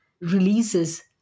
releases